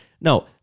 no